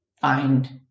find